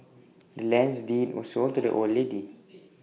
the land's deed was sold to the old lady